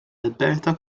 alberta